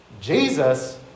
Jesus